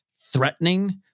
threatening